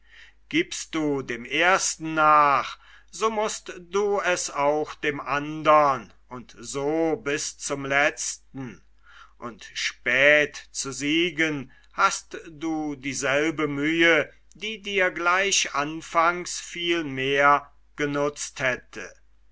giebst du dem ersten nach so mußt du es auch dem andern und so bis zum letzten und spät zu siegen hast du die selbe mühe die dir gleich anfangs viel mehr genutzt hätte